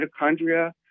mitochondria